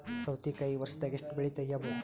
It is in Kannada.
ಸೌತಿಕಾಯಿ ವರ್ಷದಾಗ್ ಎಷ್ಟ್ ಬೆಳೆ ತೆಗೆಯಬಹುದು?